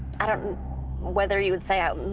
i don't whether you would say i'm,